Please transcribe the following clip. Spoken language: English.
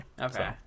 Okay